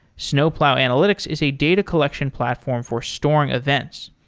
snowplow analytics is a data collection platform for storing events.